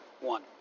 one